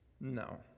No